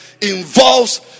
involves